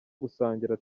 gusangira